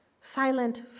silent